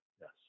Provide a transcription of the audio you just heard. Yes